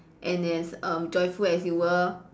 and as err joyful as you were